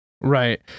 Right